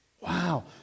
Wow